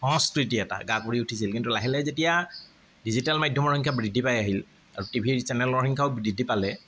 সংস্কৃতি এটা গা কৰি উঠিছিল কিন্তু লাহে লাহে যেতিয়া ডিজিটেল মাধ্যমৰ সংখ্যা বৃদ্ধি পাই আহিল আৰু টি ভিৰ চেনেলৰ সংখ্যাও বৃদ্ধি পালে